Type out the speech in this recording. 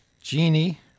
Genie